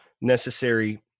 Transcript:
necessary